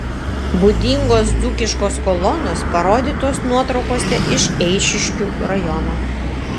būdingos dzūkiškos kolonos parodytos nuotraukose iš eišiškių rajono